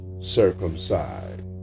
circumcised